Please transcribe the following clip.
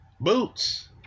Boots